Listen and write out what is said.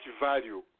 value